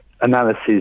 analysis